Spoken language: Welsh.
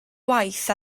waith